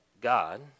God